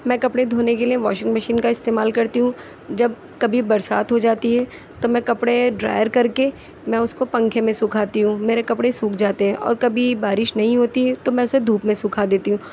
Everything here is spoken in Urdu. میں کپڑے دھونے کے لئے واشنگ مشین کا استعمال کرتی ہوں جب کبھی برسات ہو جاتی ہے تو میں کپڑے ڈرائر کر کے میں اُس کو پنکھے میں سکھاتی ہوں میرے کپڑے سوکھ جاتے ہیں اور کبھی بارش نہیں ہوتی تو میں اُسے دھوپ میں سُکھا دیتی ہوں